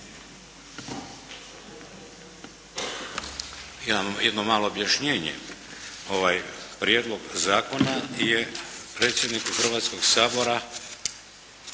jedno malo objašnjenje. Ovaj Prijedlog zakona je predsjedniku Hrvatskog sabora